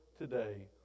Today